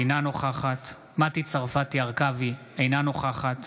אינה נוכחת מטי צרפתי הרכבי, אינה נוכחת